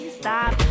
stop